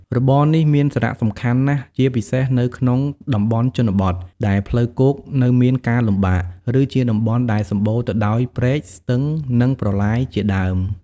របរនេះមានសារៈសំខាន់ណាស់ជាពិសេសនៅក្នុងតំបន់ជនបទ ដែលផ្លូវគោកនៅមានការលំបាក ឬជាតំបន់ដែលសម្បូរទៅដោយព្រែក ស្ទឹង និងប្រឡាយជាដើម។